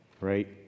right